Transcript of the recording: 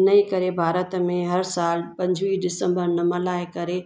इन ई करे भारत में हर सालु पंजुवीह डिसम्बर न मल्हाए करे